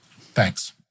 Thanks